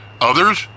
Others